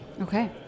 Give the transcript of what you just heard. Okay